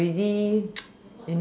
already